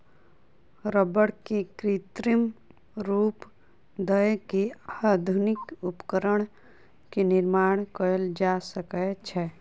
रबड़ के कृत्रिम रूप दय के आधुनिक उपकरण के निर्माण कयल जा सकै छै